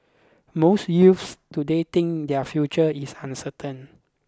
most youths today think their future is uncertain